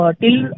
till